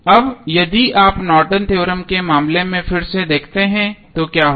अब यदि आप नॉर्टन थ्योरम Nortons Theorem के मामले में फिर से देखते हैं तो क्या होगा